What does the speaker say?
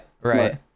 Right